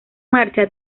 marcha